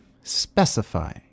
Specify